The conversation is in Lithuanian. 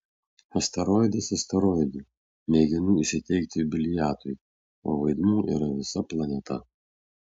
asteroidas asteroidu mėginu įsiteikti jubiliatui o vaidmuo yra visa planeta